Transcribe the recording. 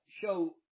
show